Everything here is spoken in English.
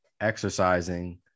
exercising